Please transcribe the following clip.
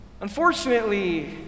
Unfortunately